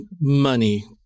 money